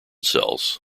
cells